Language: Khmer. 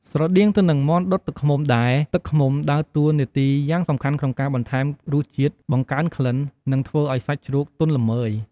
ស្រដៀងទៅនឹងមាន់ដុតទឹកឃ្មុំដែរ ទឹកឃ្មុំដើរតួនាទីយ៉ាងសំខាន់ក្នុងការបន្ថែមរសជាតិ បង្កើនក្លិន និងធ្វើឱ្យសាច់ជ្រូកទន់ល្មើយ។